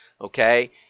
okay